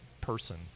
person